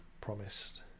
promised